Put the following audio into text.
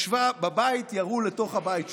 ישבה בבית, ירו לתוך הבית שלה.